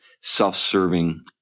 self-serving